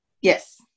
Yes